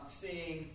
seeing